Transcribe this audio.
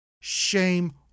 Shame